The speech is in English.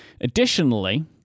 Additionally